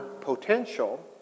potential